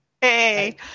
Hey